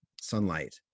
sunlight